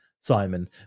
Simon